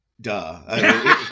Duh